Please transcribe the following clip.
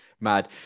mad